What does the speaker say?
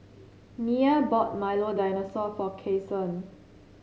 Nia bought Milo Dinosaur for Cason